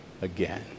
again